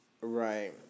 Right